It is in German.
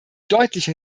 deutliche